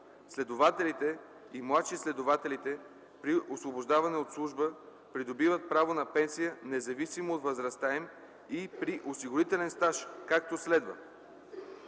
следователите и младши следователите при освобождаване от служба придобиват право на пенсия независимо от възрастта им и при осигурителен стаж, както следва: